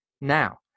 Now